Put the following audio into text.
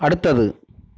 அடுத்தது